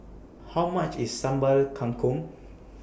How much IS Sambal Kangkong